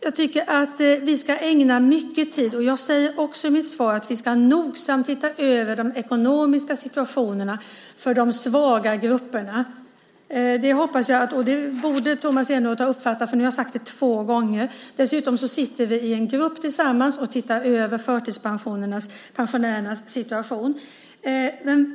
Jag tycker att vi ska ägna mycket tid åt detta och säger också i mitt svar att vi nogsamt ska se över den ekonomiska situationen för de svaga grupperna. Det borde Tomas Eneroth ha uppfattat, för nu har jag sagt det två gånger. Dessutom sitter vi båda med i en grupp och ser över förtidspensionärernas situation.